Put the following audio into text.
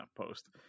post